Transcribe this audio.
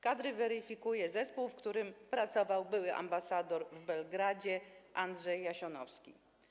Kadry weryfikuje zespół, w którym pracował były ambasador w Belgradzie Andrzej Jasionowski.